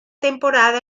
temporada